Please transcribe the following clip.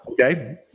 Okay